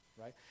right